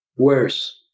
worse